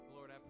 Lord